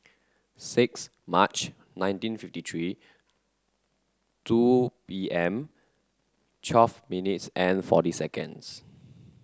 six March nineteen fifty three two P M twelve minutes and forty seconds